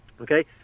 okay